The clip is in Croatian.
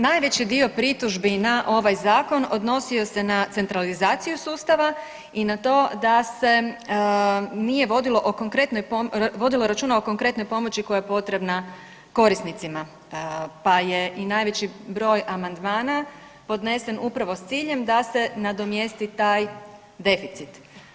Najveći dio pritužbi na ovaj zakon odnosio se na centralizaciju sustava i na to da se nije vodilo računa o konkretnoj pomoći koja je potrebna korisnicima, pa je i najveći broj amandmana podnesen uprava sa ciljem da se nadomjesti taj deficit.